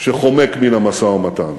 שחומק מן המשא-ומתן,